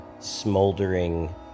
smoldering